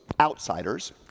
outsiders